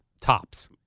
Tops